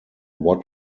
what